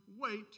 wait